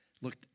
look